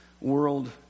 world